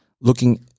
looking